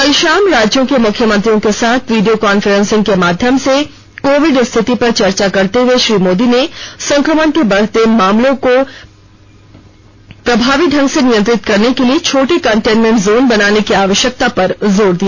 कल शाम राज्यों के मुख्यमंत्रियों के साथ वीडियो कॉन्फ्रेंसिंग के माध्यम से कोविड स्थिति पर चर्चा करते हए श्री मोदी ने संक्रमण के बढ़ते मामलों को प्रभावी ढंग से नियंत्रित करने के लिए छोटे कंटेनमेंट जोन बनाने की आवश्यकता पर जोर दिया